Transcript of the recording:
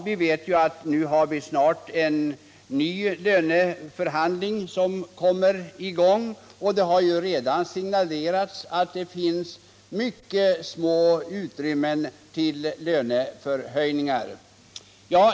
Vi vet att vi har att vänta en ny löneförhandling, som snart kommer i gång, och att det redan har signalerats att det bara finns mycket litet utrymme för löneförhöjningar.